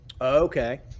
Okay